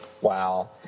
Wow